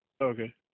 Okay